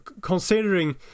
considering